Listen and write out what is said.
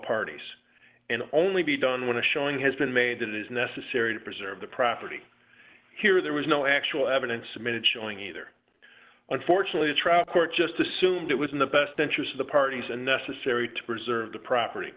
parties and only be done when a showing has been made it is necessary to preserve the property here there was no actual evidence submitted showing either unfortunately the trial court just assumed it was in the best interest of the parties and necessary to preserve the property